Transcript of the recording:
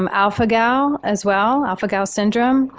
um alpha-gal as well, alpha-gal syndrome,